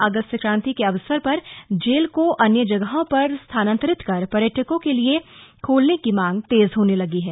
अगस्त क्रांति के अवसर पर जेल को अन्य जगहों पर स्थानान्तरित कर पर्यटकों के लिए खोलने की मांग तेज होने लगी है